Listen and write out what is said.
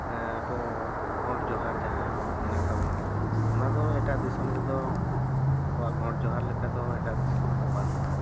ᱟᱵᱚᱣᱟᱜ ᱜᱚᱰ ᱡᱚᱦᱟᱨ ᱡᱟᱦᱟᱸ ᱢᱮᱱᱟᱜ ᱛᱟᱵᱚᱱᱟ ᱚᱱᱟ ᱫᱚ ᱮᱴᱟᱜ ᱫᱤᱥᱚᱢ ᱨᱮ ᱫᱚ ᱟᱵᱚᱣᱟᱜ ᱜᱚᱰ ᱡᱚᱦᱟᱨ ᱞᱮᱠᱟ ᱫᱚ ᱮᱴᱟᱜ ᱫᱤᱥᱚᱢ ᱨᱮᱫᱚ ᱵᱟᱹᱱᱩᱜᱼᱟ